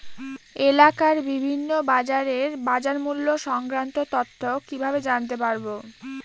এলাকার বিভিন্ন বাজারের বাজারমূল্য সংক্রান্ত তথ্য কিভাবে জানতে পারব?